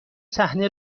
صحنه